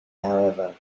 however